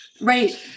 Right